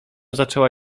zaczęła